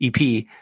EP